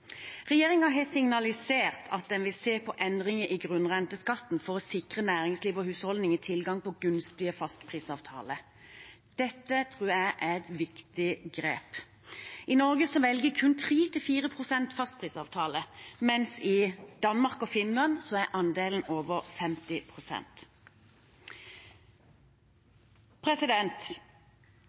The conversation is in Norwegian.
har signalisert at den vil se på endringer i grunnrenteskatten for å sikre næringsliv og husholdninger tilgang på gunstige fastprisavtaler. Dette tror jeg er et viktig grep. I Norge velger kun 3–4 pst. fastprisavtaler, mens i Danmark og Finland er andelen over